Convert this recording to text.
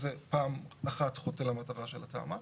שזה פעם אחת חוטא למטרה של התמ"א.